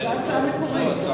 זו ההצעה המקורית.